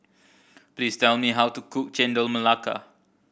please tell me how to cook Chendol Melaka